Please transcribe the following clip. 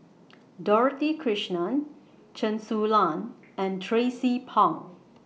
Dorothy Krishnan Chen Su Lan and Tracie Pang